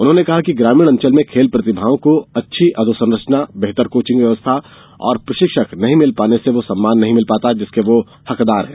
उन्होंने कहा कि ग्रामीण अंचल में खेल प्रतिभाओं को अच्छी अधोसंरचना बेहतर कोविंग व्यवस्था और प्रशिक्षक नहीं मिल पाने से वो सम्मान नहीं मिलता जिसके वे हकदार हैं